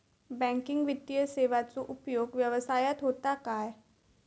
Banking वित्तीय सेवाचो उपयोग व्यवसायात होता काय?